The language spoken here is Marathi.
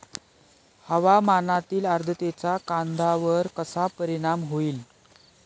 हवामानातील आर्द्रतेचा कांद्यावर कसा परिणाम होईल?